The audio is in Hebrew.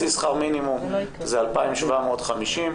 חצי שכר מינימום, זה 2,750 שקלים,